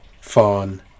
fawn